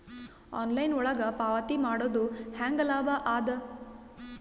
Online ಒಳಗ ಪಾವತಿ ಮಾಡುದು ಹ್ಯಾಂಗ ಲಾಭ ಆದ?